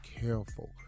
careful